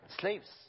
slaves